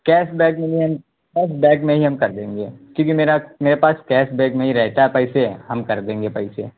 cash back میں ہی cashback میں ہی ہم کر دیں گے کیونکہ میرا میرے پاس کیش بیک میں ہی رہتا ہے پیسے ہم کر دیں گے پیسے